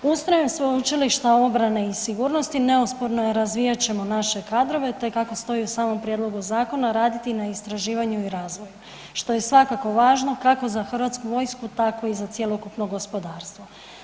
Ustrojem Sveučilišta obrane i sigurnosti, neosporno je, razvijat ćemo naše kadrove te, kako stoji u samom prijedlogu zakona, raditi na istraživanju i razvoju, što je svakako važno, kako za Hrvatsku vojsku, tako i za cjelokupno gospodarstvo.